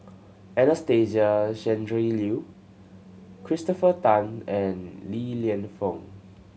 Anastasia Tjendri Liew Christopher Tan and Li Lienfung